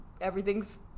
Everything's